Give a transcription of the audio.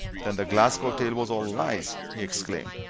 then the glasgow tale was all lies? he exclaimed.